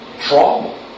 trauma